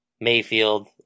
Mayfield